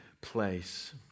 place